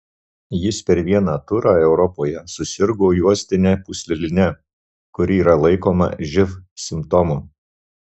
jis per vieną turą europoje susirgo juostine pūsleline kuri yra laikoma živ simptomu